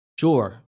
Sure